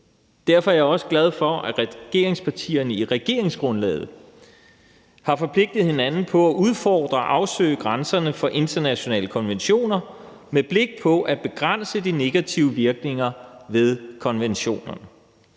Derfor er jeg også glad for, at regeringspartierne i regeringsgrundlaget har forpligtet hinanden på at udfordre og afsøge grænserne for internationale konventioner med henblik på at begrænse de negative virkninger ved konventionerne.